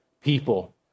people